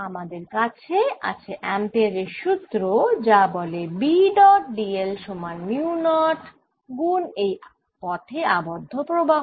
আমাদের কাছে আছে অ্যাম্পেয়ারের সুত্র যা বলে B ডট dl সমান মিউ নট গুন এই পথে আবদ্ধ প্রবাহ